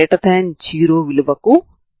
ఇది లైన్ కి సమాంతరంగా ఉంటుంది